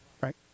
Right